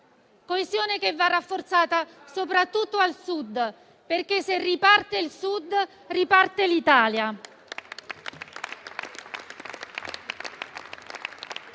coesione che va rafforzata soprattutto al Sud, perché se riparte il Sud riparte l'Italia.